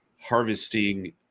harvesting